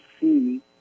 see